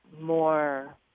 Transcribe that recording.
more